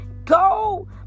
Go